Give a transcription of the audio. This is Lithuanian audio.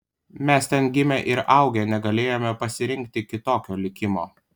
mes ten gimę ir augę negalėjome pasirinkti kitokio likimo